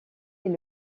est